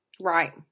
Right